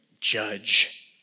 judge